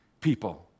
people